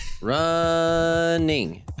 Running